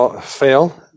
fail